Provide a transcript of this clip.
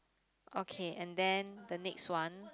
okay and then the next one